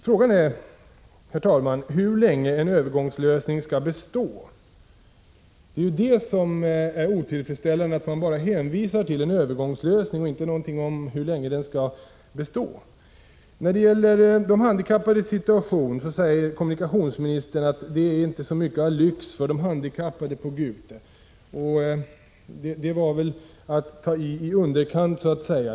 Frågan är hur länge en övergångslösning skall bestå. Det otillfredsställande är att man enbart hänvisar till en övergångslösning och inte säger någonting om hur länge den skall finnas kvar. Beträffande de handikappades situation säger kommunikationsministern att det inte finns så mycket av lyx för de handikappade på Gute. Det var väl att ta till i underkant.